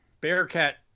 Bearcat